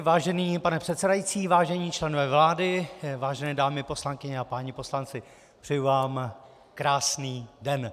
Vážený pane předsedající, vážení členové vlády, vážené dámy poslankyně a páni poslanci, přeji vám krásný den.